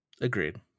Agreed